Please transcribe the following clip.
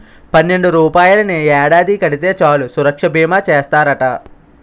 పన్నెండు రూపాయలని ఏడాది కడితే చాలు సురక్షా బీమా చేస్తారట